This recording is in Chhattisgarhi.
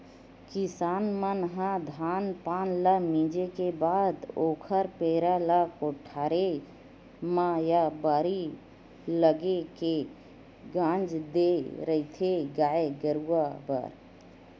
किसान मन ह धान पान ल मिंजे के बाद ओखर पेरा ल कोठारे म या बाड़ी लाके के गांज देय रहिथे गाय गरुवा बर